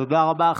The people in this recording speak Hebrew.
תודה רבה.